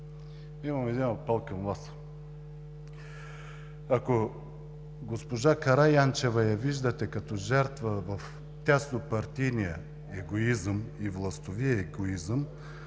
имам един апел към Вас: ако госпожа Караянчева я виждате като жертва в тясно партийния егоизъм и властови егоизъм,